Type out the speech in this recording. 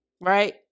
right